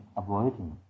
avoiding